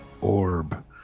orb